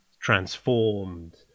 Transformed